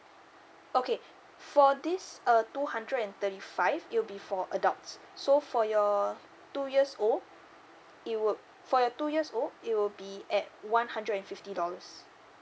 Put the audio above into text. okay for this uh two hundred and thirty five it'll be for adults so for your two years old it will for your two years old it will be at one hundred and fifty dollars